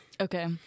Okay